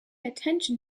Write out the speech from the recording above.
attention